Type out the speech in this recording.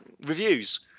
reviews